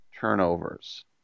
turnovers